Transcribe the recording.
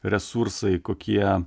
resursai kokie